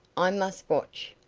i must watch.